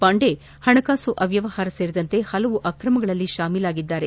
ಪಾಂಡೆ ಹಣಕಾಸು ಅವ್ಯವಹಾರಗಳೂ ಸೇರಿದಂತೆ ಹಲವು ಆಕ್ರಮಗಳಲ್ಲಿ ಶಾಮೀಲಾಗಿದ್ದಾರೆ